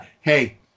hey